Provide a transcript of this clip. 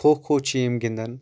کھو کھو چِھ یِم گنٛدان